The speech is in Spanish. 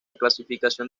clasificación